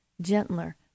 gentler